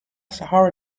sahara